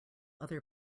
other